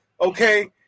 okay